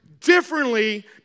differently